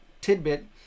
tidbit